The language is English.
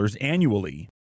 annually